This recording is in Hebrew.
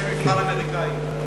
תעשה מבחן אמריקאי.